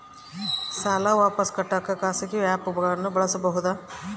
ಸಾಲ ವಾಪಸ್ ಕಟ್ಟಕ ಖಾಸಗಿ ಆ್ಯಪ್ ಗಳನ್ನ ಬಳಸಬಹದಾ?